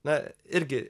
na irgi